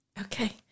Okay